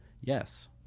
yes